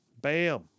bam